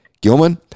Gilman